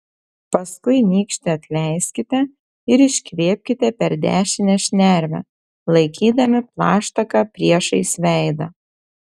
paskui nykštį atleiskite ir iškvėpkite per dešinę šnervę laikydami plaštaką priešais veidą